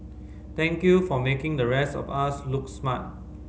thank you for making the rest of us look smart